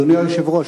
אדוני היושב-ראש,